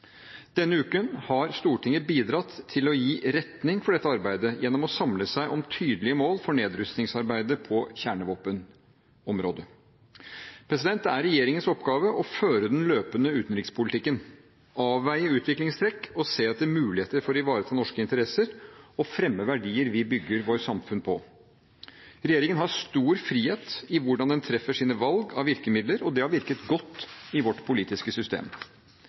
Denne uken har Stortinget bidratt til å gi retning for dette arbeidet gjennom å samle seg om tydelige mål for nedrustningsarbeidet på kjernevåpenområdet. Det er regjeringens oppgave å føre den løpende utenrikspolitikken, avveie utviklingstrekk og se etter muligheter for å ivareta norske interesser og fremme verdier vi bygger vårt samfunn på. Regjeringen har stor frihet i hvordan den treffer sine valg av virkemidler, og det har virket godt i vårt politiske system.